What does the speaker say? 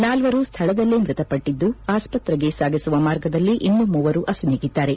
ನಾಲ್ವರು ಸ್ಥಳದಲ್ಲೇ ಮೃತಪಟ್ಟಿದ್ದು ಆಸ್ಪತ್ರೆಗೆ ಸಾಗಿಸುವ ಮಾರ್ಗದಲ್ಲಿ ಇನ್ನೂ ಮೂವರು ಅಸುನೀಗಿದ್ದಾರೆ